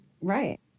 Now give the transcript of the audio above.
Right